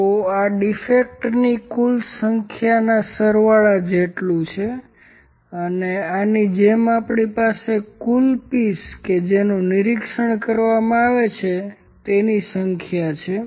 તો આ ડીફેક્ટની કુલ સંખ્યાના સરવાળો જેટલુ છે અને આની જેમ આપણી પાસેકુલ પીસ કે જેનું નિરીક્ષણ કરવામાં આવે છે તેની સંખ્યા છે